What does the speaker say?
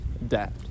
adapt